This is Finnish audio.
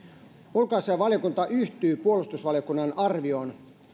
ulkoasiainvaliokunta yhtyy puolustusvaliokunnan arvioon